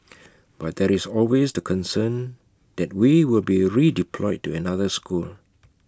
but there is always the concern that we will be redeployed to another school